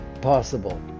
possible